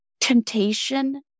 temptation